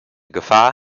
gefahr